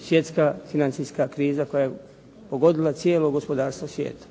svjetska financijska kriza koja je pogodila cijelo gospodarstvo svijeta.